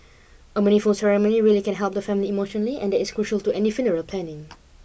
a meaningful ceremony really can help the family emotionally and that is crucial to any funeral planning